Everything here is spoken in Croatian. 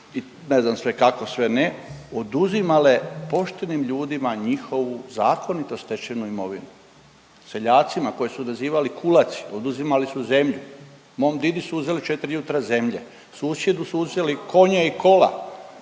i ne znam sve kako sve ne, oduzimale poštenim ljudima njihovu zakonito stečenu imovinu, seljacima koje su dozivali kulaci, oduzimali su zemlju. Mom didi su uzeli 4 jutra zemlje, susjedu su uzeli konje i kola,